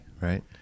Right